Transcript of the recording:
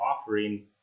offering